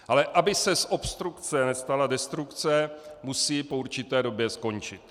Ale aby se z obstrukce nestala destrukce, musí po určité době skončit.